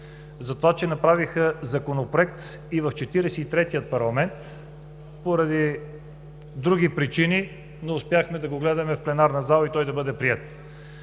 защото направиха Законопроект и в 43-тия парламент, но поради други причини не успяхме да го гледаме в пленарната зала и да бъде приет.